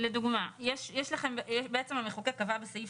לדוגמה: בעצם המחוקק קבע בסעיף